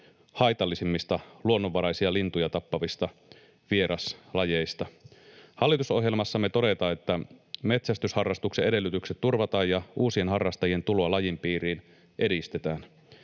haitallisimmista luonnonvaraisia lintuja tappavista vieraslajeista. Hallitusohjelmassamme todetaan, että metsästysharrastuksen edellytykset turvataan ja uusien harrastajien tuloa lajin piirin edistetään,